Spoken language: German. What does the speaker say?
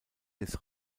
des